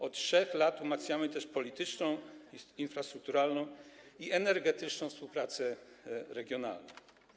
Od 3 lat umacniamy też polityczną, infrastrukturalną i energetyczną współpracę regionalną.